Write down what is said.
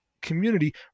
community